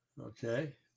Okay